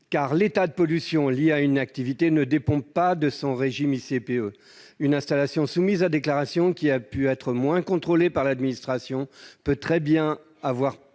car l'état de pollution lié à une activité ne dépend pas de son régime ICPE. Une installation soumise à déclaration, qui a pu être moins contrôlée par l'administration, peut très bien avoir